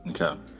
Okay